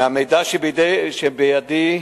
מהמידע שבידי,